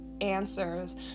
answers